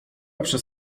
przez